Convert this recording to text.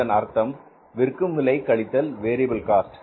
அதன் அர்த்தம் விற்கும் விலை கழித்தல் வேரியபில் காஸ்ட்